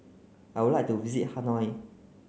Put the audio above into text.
I would like to visit Hanoi